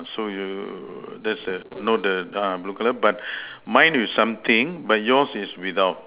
so you that's a no the uh blue colour but mine is something but yours is without